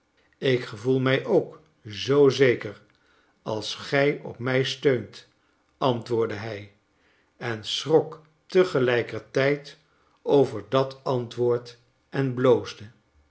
ik gevoel mij ook zoo zeker als gij op mij steunt antwoordde hij en schrok tegelijkertijd over dat antwoord en bloosde